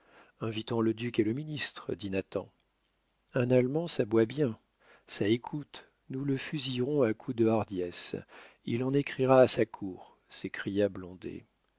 invitons le duc et le ministre dit nathan un allemand ça boit bien ça écoute nous le fusillerons à coups de hardiesses il en écrira à sa cour s'écria blondet